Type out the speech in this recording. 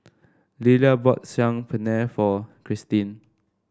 Lilla bought Saag Paneer for Cristin